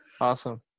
Awesome